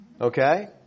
Okay